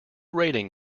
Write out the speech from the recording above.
rating